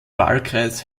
wahlkreis